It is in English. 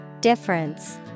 Difference